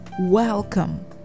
welcome